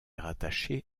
rattachée